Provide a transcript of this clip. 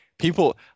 People